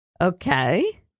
Okay